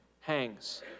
hangs